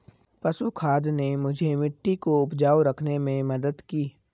पशु खाद ने मुझे मिट्टी को उपजाऊ रखने में मदद की